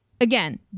Again